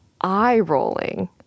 eye-rolling